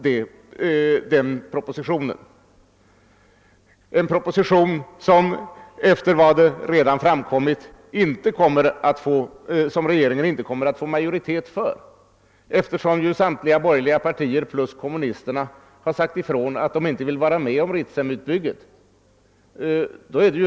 Och det gäller en proposition som regeringen, efter vad som framkommit, inte kommer att få majoritet för. Samtliga borgerliga partier och vänsterpartiet kommunisterna har ju sagt ifrån att de inte vill gå med på Ritsemutbyggnaden.